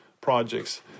projects